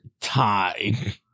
tied